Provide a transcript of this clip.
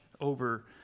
over